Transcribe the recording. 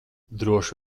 droši